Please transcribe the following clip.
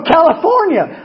California